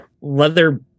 leather